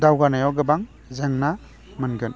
दावगानायाव गोबां जेंना मोनगोन